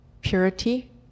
purity